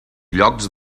llocs